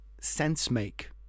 sense-make